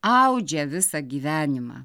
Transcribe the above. audžia visą gyvenimą